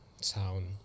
sound